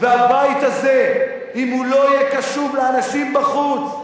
והבית זה, אם הוא לא יהיה קשוב לאנשים בחוץ,